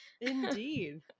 indeed